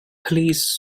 please